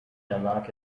erlag